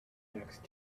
next